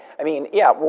i mean, yeah,